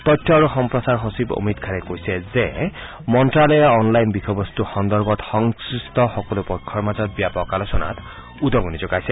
তথ্য আৰু সম্প্ৰচাৰ সচিব অমিত খাড়ে কৈছে যে মন্ত্ৰালয়ে অনলাইন বিষয়বস্তু সন্দৰ্ভত সংশ্লিষ্ট সকলো পক্ষৰ মাজত ব্যাপক আলোচনাত উদগনি যোগাইছে